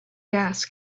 gas